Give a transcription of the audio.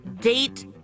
date